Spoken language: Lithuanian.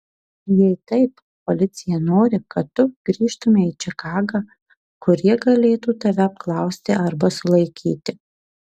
jei taip policija nori kad tu grįžtumei į čikagą kur jie galėtų tave apklausti arba sulaikyti